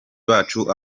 bacu